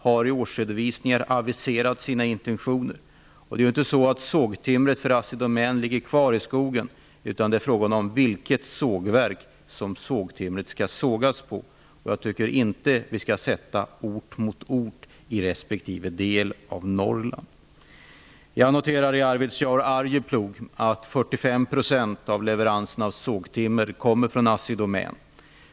I årsredovisningen har man aviserat sina intentioner. Det är inte så att sågtimret för Assidomän ligger kvar i skogen, utan det är fråga om vilket sågverk som sågtimret skall sågas på. Jag tycker inte att vi skall sätta ort mot ort i respektive del av Norrland. Jag noterar att 45 % av leveranserna av sågtimmer i Arvidsjaur/Arjeplog kommer från Assidomän.